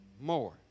more